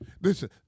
Listen